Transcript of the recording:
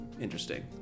interesting